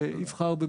יבחר.